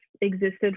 existed